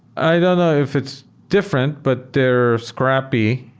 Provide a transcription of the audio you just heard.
i don't know if it's different, but they're scrappy,